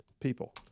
people